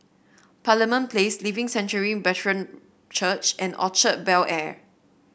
Parliament Place Living Sanctuary Brethren Church and Orchard Bel Air